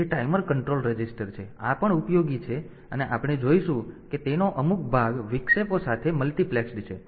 તેથી આ પણ ઉપયોગી છે અને આપણે જોઈશું કે તેનો અમુક ભાગ વિક્ષેપો સાથે મલ્ટિપ્લેક્સ્ડ છે